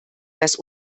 das